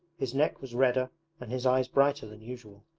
his neck was redder and his eyes brighter than usual,